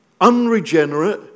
unregenerate